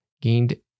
gained